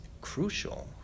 crucial